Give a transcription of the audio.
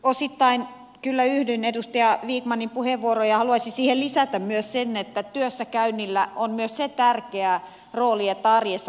osittain kyllä yhdyn edustaja vikmanin puheenvuoroon ja haluaisin siihen lisätä sen että työssäkäynnillä on myös se tärkeä rooli että arjessa pysyy rytmi